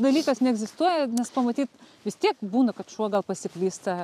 dalykas neegzistuoja nes pamatyt vis tiek būna kad šuo gal pasiklysta